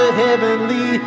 heavenly